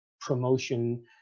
promotion